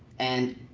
and